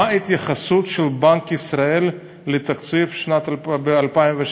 מה ההתייחסות של בנק ישראל לתקציב 2016?